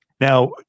Now